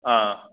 ꯑꯥ